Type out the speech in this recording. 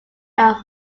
are